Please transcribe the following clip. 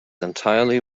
entirely